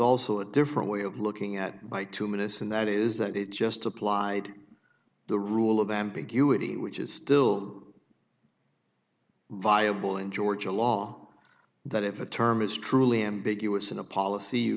also a different way of looking at by two minutes and that is that it just applied the rule of ambiguity which is still viable in georgia law that if a term is truly ambiguous in a policy